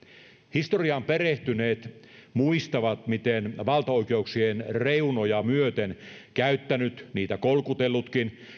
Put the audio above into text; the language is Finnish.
historiaan perehtyneet muistavat miten valtaoikeuksiaan reunoja myöten käyttänyt niitä kolkutellutkin